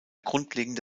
grundlegende